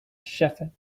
shepherd